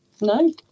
No